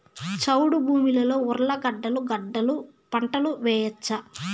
చౌడు భూమిలో ఉర్లగడ్డలు గడ్డలు పంట వేయచ్చా?